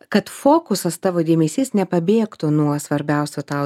kad fokusas tavo dėmesys nepabėgtų nuo svarbiausių tau